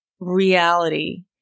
Reality